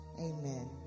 amen